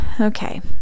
okay